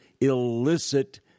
illicit